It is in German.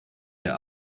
der